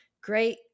great